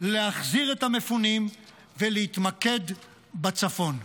להחזיר את המפונים ולהתמקד בצפון.